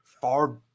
far